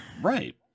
right